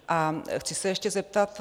A chci se ještě zeptat.